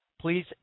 Please